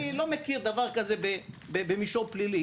אני לא מכיר דבר כזה במישור פלילי.